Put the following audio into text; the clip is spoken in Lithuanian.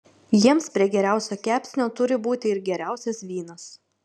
jiems prie geriausio kepsnio turi būti ir geriausias vynas